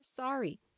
Sorry